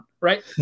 right